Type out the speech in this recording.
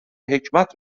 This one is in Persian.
حکمت